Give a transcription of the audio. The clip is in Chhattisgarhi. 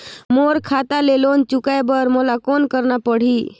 मोर खाता ले लोन चुकाय बर मोला कौन करना पड़ही?